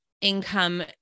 income